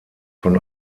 von